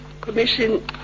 Commission